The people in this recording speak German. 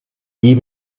geh